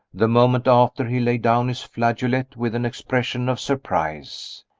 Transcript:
the moment after he laid down his flageolet with an expression of surprise.